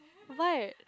what